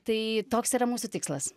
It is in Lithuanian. tai toks yra mūsų tikslas